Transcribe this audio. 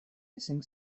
hissing